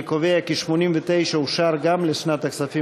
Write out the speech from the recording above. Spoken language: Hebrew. אני קובע כי 89 אושר גם לשנת הכספים